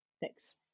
Thanks